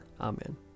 Amen